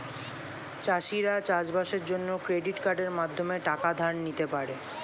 চাষিরা চাষবাসের জন্য ক্রেডিট কার্ডের মাধ্যমে টাকা ধার নিতে পারে